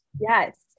Yes